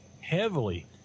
heavily